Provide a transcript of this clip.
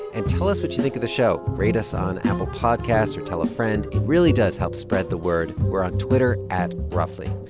and tell us what you think of the show. rate us on apple podcasts, or tell a friend. it really does help spread the word we're on twitter at roughly.